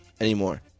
anymore